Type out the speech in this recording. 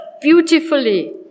beautifully